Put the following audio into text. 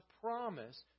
promise